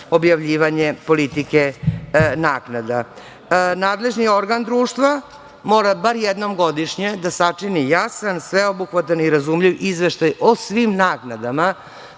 objavljivanja politike naknada. Nadležni organ društva mora bar jednom godišnje da sačini jasan, sveobuhvatan i razumljiv izveštaj o svim naknadama